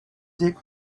dig